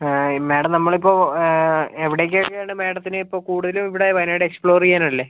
madam നമ്മൾ ഇപ്പോൾ എവിടേക്കൊക്കെ ആണ് മാഡത്തിന് ഇപ്പോൾ കൂടുതലും ഇവിടെ വയനാട് എക്സ്പ്ലോർ ചെയ്യാൻ അല്ലെ